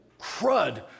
crud